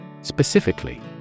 Specifically